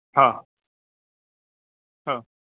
हा हा